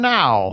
now